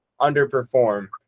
underperform